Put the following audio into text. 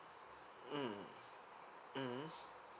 mm mmhmm